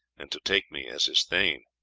and to take me as his thane.